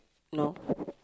no